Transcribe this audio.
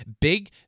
Big